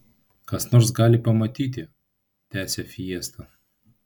kas nors gali pamatyti tęsė fiesta